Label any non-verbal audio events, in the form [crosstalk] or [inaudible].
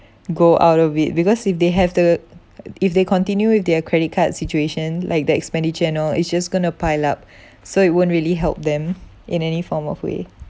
go out of it because if they have to [noise] if they continue with their credit card situation like their expenditure and all it's just going to pile up so it won't really help them in any form of way